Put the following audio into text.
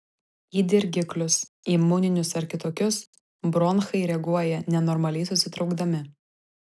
į dirgiklius imuninius ar kitokius bronchai reaguoja nenormaliai susitraukdami